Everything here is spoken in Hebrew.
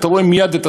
אתה רואה מייד.